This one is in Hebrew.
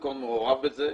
ניסנקורן מעורב בזה,